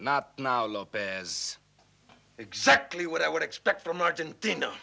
not now lopez exactly what i would expect from argentina